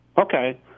Okay